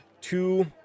two